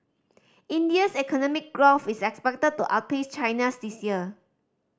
India's economic growth is expected to outpace China's this year